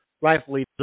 rightfully